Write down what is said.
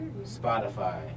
Spotify